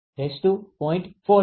4 છે